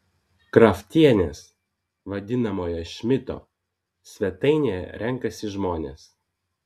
kraftienės vadinamoje šmito svetainėje renkasi žmonės